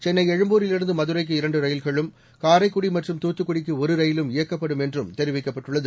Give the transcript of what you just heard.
சென்னை எழும்பூரிலிருந்து மதுரைக்கு இரண்டு ரயில்களும் காரைக்குடி மற்றும் தூத்துக்குடிக்கு ஒரு ரயிலும் இயக்கப்படும் என்றும் தெரிவிக்கப்பட்டுள்ளது